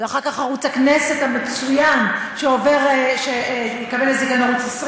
ואחר כך ערוץ הכנסת המצוין, ערוץ 20